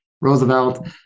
Roosevelt